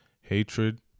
hatred